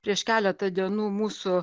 prieš keletą dienų mūsų